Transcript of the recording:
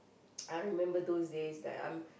I remember those days that I'm